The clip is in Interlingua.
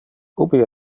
ubi